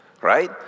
right